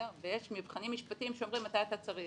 יש מבחנים משפטיים שאומרים מתי אתה צריך.